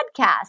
podcast